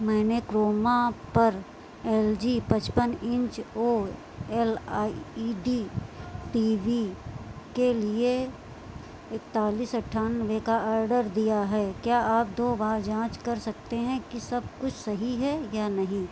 मैंने क्रोमा पर L G पचपन inch O L I E D T V के लिए इकतालीस अट्ठानबे का आडर दिया है क्या आप दो बार जाँच कर सकते हैं कि सब कुछ सही है या नहीं